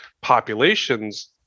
populations